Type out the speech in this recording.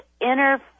inner